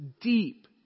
deep